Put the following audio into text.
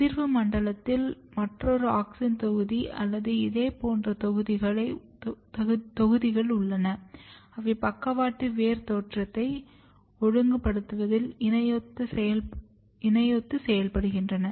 முதிர்வு மண்டலத்தில் மற்றொரு ஆக்ஸின் தொகுதி அல்லது இதே போன்ற தொகுதிகள் உள்ளன அவை பக்கவாட்டு வேர் தோற்றத்தை ஒழுங்குபடுத்துவதில் இணையொத்து செயல்படுகின்றன